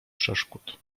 przeszkód